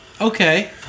Okay